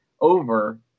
over